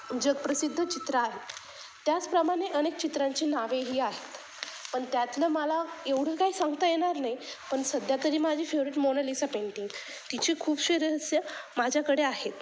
जगप्रसिद्ध चित्र आहे त्याचप्रमाणे अनेक चित्रांचे नावेही आहेत पण त्यातलं मला एवढं काही सांगता येणार नाही पण सध्या तरी माझी फेवरेट मोनालिसा पेंटिंग तिचे खूपसे रहस्य माझ्याकडे आहेत